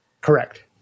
correct